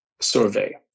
survey